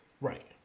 Right